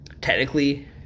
Technically